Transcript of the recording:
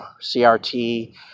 CRT